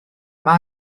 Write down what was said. mae